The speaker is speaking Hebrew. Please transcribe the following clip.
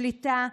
שליטה,